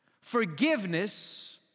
forgiveness